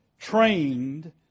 trained